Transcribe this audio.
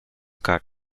cut